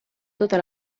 tota